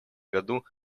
году